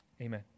Amen